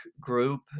group